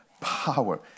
power